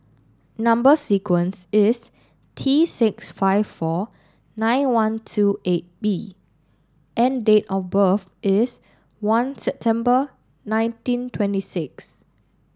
number sequence is T six five four nine one two eight B and date of birth is one September nineteen twenty six